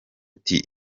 ati